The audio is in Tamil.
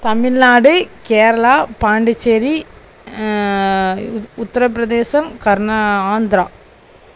தமிழ்நாடு கேரளா பாண்டிச்சேரி உத்திரபிரதேசம் கர்ணா ஆந்திரா